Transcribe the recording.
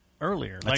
earlier